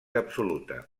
absoluta